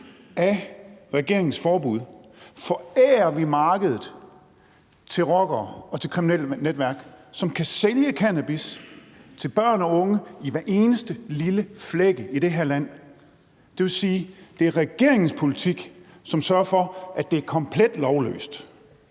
af regeringens forbud forærer vi markedet til rockere og til kriminelle netværk, som kan sælge cannabis til børn og unge i hver eneste lille flække i det her land. Det vil sige, at det er regeringens politik, som sørger for, at det er komplet lovløst.